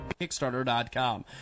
Kickstarter.com